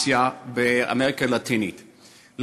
באסיה, באמריקה הלטינית.